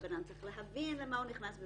בן-אדם צריך להבין למה הוא נכנס,